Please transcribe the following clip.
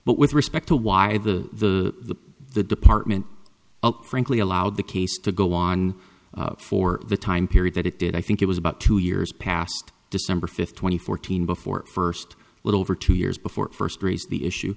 but with respect to why the the department up frankly allowed the case to go on for the time period that it did i think it was about two years past december fifth twenty fourteen before first little over two years before first raised the issue